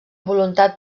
voluntat